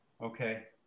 Okay